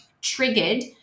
triggered